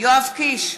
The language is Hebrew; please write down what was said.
יואב קיש,